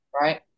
right